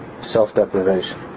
self-deprivation